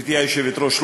גברתי היושבת-ראש,